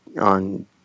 on